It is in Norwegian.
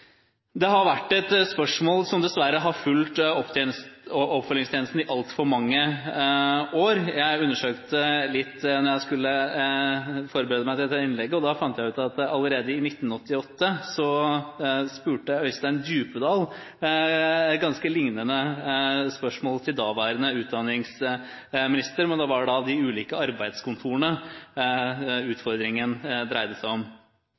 et spørsmål som dessverre har fulgt oppfølgingstjenesten i altfor mange år. Jeg undersøkte litt da jeg skulle forberede meg til dette innlegget. Da fant jeg ut at allerede i 1988 stilte Øystein Djupedal et lignende spørsmål til daværende utdanningsminister, men da var det de ulike arbeidskontorene utfordringen dreide seg om.